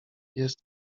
jest